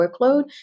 workload